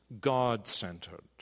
God-centered